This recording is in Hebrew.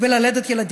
וללדת ילדים.